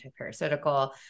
antiparasitical